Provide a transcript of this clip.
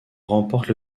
remporte